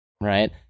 Right